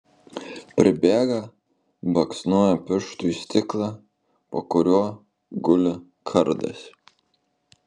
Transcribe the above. pribėga baksnoja pirštu į stiklą po kuriuo guli kardas